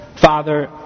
Father